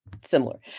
similar